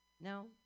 No